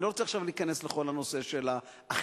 אני לא רוצה עכשיו להיכנס לכל הנושא של האכיפה,